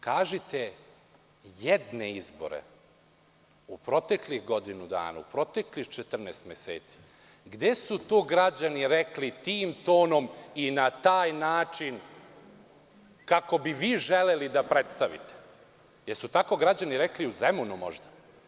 Kažite jedne izbore u proteklih godinu dana, u proteklih 14 meseci, gde su to građani rekli tim tonom i na taj način kako bi vi želeli da predstavite, jel su tako građani rekli u Zemunu možda?